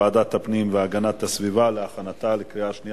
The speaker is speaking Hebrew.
לוועדת הפנים והגנת הסביבה נתקבלה.